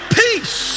peace